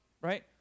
Right